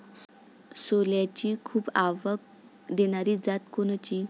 सोल्याची खूप आवक देनारी जात कोनची?